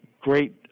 great